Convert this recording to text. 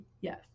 Yes